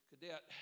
cadet